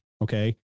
Okay